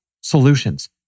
Solutions